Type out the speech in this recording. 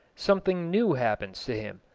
something new happens to him,